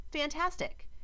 fantastic